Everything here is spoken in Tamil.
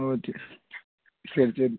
ஓகே சரி சரி